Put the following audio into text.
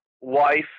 wife